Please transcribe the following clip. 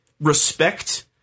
respect